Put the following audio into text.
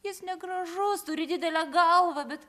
jis negražus turi didelę galvą bet